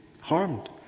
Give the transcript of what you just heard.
harmed